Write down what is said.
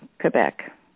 Quebec